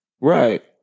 Right